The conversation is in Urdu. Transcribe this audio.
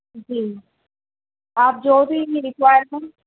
جی آپ جو بھی بھی ریکوائرمنٹ